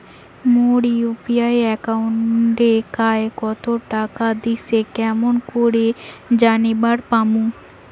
মোর UPI একাউন্টে কায় কতো টাকা দিসে কেমন করে জানিবার পামু?